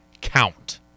count